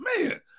man